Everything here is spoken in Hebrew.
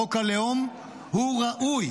חוק הלאום הוא ראוי,